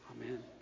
Amen